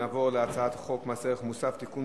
נעבור להצעת חוק מס ערך מוסף (תיקון,